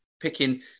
picking